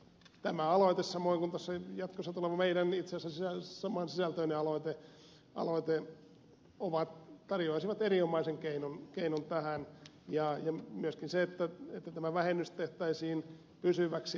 tämä aloite samoin kuin jatkossa tuleva meidän itse asiassa saman sisältöinen aloitteemme tarjoaisi erinomaisen keinon tähän ja myöskin se on tärkeää että tämä vähennys tehtäisiin pysyväksi